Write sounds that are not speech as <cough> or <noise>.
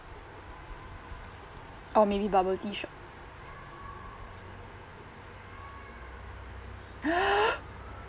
or maybe bubble tea shop <breath>